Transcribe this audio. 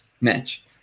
match